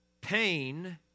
Pain